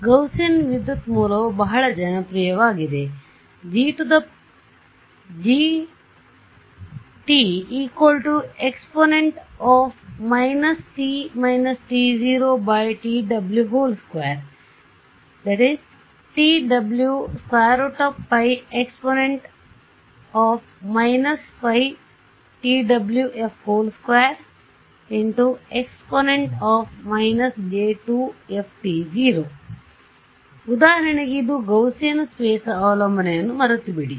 Gaussian ವಿದ್ಯುತ್ ಮೂಲವು ಬಹಳ ಜನಪ್ರಿಯವಾಗಿದೆ ಆದ್ದರಿಂದ ಉದಾಹರಣೆಗೆ ಇದು ಗೌಸಿಯನ್ ಸ್ಫೇಸ್ ಅವಲಂಬನೆಯನ್ನು ಮರೆತುಬಿಡಿ